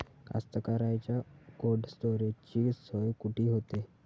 कास्तकाराइच्या कोल्ड स्टोरेजची सोय कुटी होते?